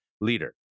leader